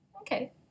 Okay